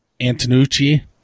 Antonucci